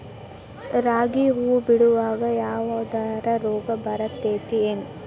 ರಾಗಿ ಹೂವು ಬಿಡುವಾಗ ಯಾವದರ ರೋಗ ಬರತೇತಿ ಏನ್?